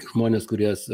žmonės kuriuos